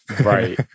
Right